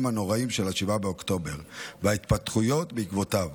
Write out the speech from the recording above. הנוראיים של 7 באוקטובר וההתפתחויות בעקבותיו,